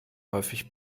häufig